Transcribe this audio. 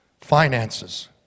finances